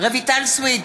רויטל סויד,